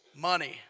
money